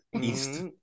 east